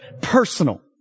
personal